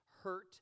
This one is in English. hurt